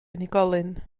unigolyn